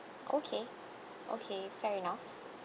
okay okay fair enough